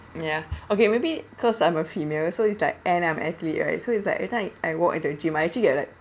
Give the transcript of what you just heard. ya okay maybe cause I'm a female so it's like and I'm athlete right so it's like every time I walk into a gym I actually get like